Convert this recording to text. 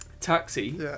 Taxi